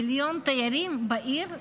מיליון תיירים בעיר בשנה.